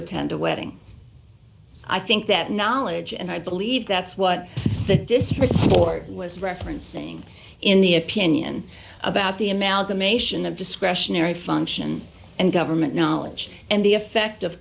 attend a wedding i think that knowledge and i believe that's what the district court was referencing in the opinion about the amalgamation of discretionary function and government knowledge and the effect of